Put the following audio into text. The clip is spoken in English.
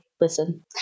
listen